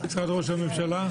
משרד ראש הממשלה?